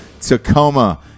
Tacoma